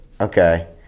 okay